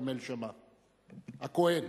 כרמל שאמה-הכהן.